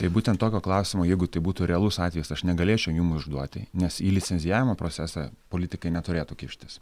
tai būtent tokio klausimo jeigu tai būtų realus atvejis aš negalėčiau jum užduoti nes į licencijavimo procesą politikai neturėtų kištis